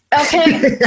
Okay